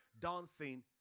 dancing